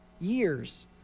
years